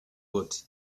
wood